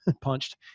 punched